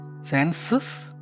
senses